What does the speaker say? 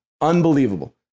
unbelievable